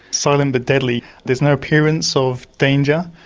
silent but deadly, there's no appearance of danger.